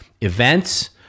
events